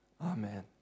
Amen